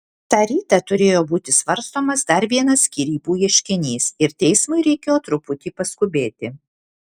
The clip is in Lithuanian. tą rytą turėjo būti svarstomas dar vienas skyrybų ieškinys ir teismui reikėjo truputį paskubėti